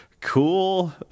cool